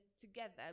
together